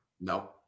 No